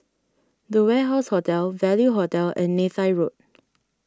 the Warehouse Hotel Value Hotel and Neythai Road